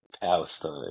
Palestine